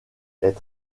est